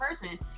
person